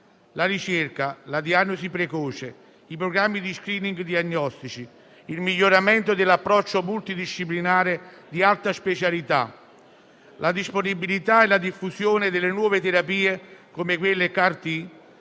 La ricerca, la diagnosi precoce, i programmi di *screening* diagnostici, il miglioramento dell'approccio multidisciplinare di alta specialità, la disponibilità e la diffusione delle nuove terapie come quelle con